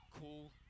Cool